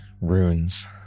runes